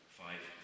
five